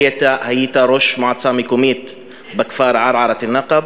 היית ראש מועצה מקומית בכפר ערערת-אלנגב,